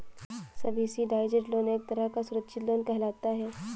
subsidised loan एक तरह का सुरक्षित लोन कहलाता है